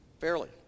Fairly